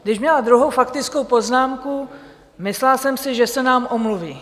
Když měla druhou faktickou poznámku, myslela jsem si, že se nám omluví.